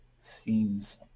seems